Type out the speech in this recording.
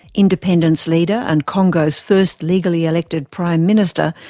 independence leader and congo's first legally elected prime minister,